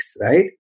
right